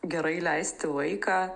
gerai leisti laiką